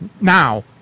now